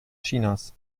chinas